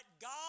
God